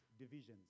divisions